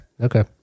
Okay